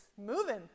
moving